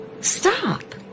Stop